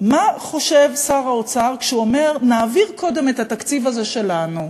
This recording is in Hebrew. מה חושב שר האוצר כשהוא אומר: נעביר קודם את התקציב הזה שלנו,